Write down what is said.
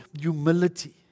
humility